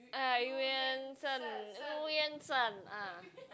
uh Eu-Yan-Sang Eu-Yan-Sang ah